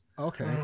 Okay